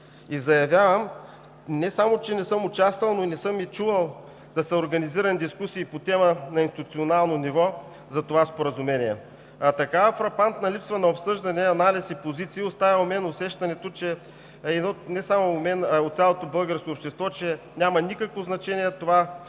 и заявявам не само че не съм участвал, но не съм и чувал да са организирани дискусии по темата на институционално ниво за това споразумение. Такава фрапантна липса на обсъждане, на анализ и позиции оставя у мен, и не само у мен, а и в цялото българско общество, усещането, че няма никакво значение това